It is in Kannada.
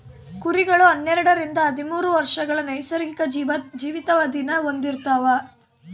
ಕುರಿಗಳು ಹನ್ನೆರಡರಿಂದ ಹದಿಮೂರು ವರ್ಷಗಳ ನೈಸರ್ಗಿಕ ಜೀವಿತಾವಧಿನ ಹೊಂದಿರ್ತವ